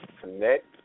connect